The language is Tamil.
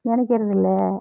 நினைக்கிறது இல்லை